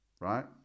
Right